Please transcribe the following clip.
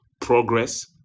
progress